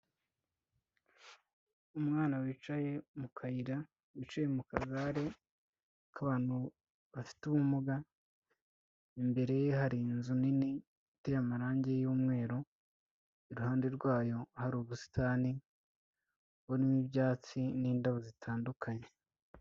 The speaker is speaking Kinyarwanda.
Umwana wicaye mu kayira wicaye mu kagare k'abantu bafite ubumuga, imbere ye hari inzu nini iteye amarangi y'umweru, iruhande rwayo hari ubusitani burimo ibyatsi n'indabo zitandukanye.